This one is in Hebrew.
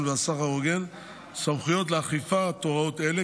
והסחר ההוגן סמכויות לאכיפת הוראות אלה,